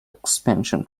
expansion